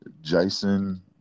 Jason